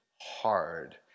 hard